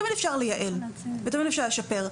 תמיד אפשר לייעל ותמיד אפשר לשפר,